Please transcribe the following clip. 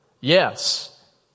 Yes